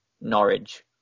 Norwich